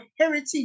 heritage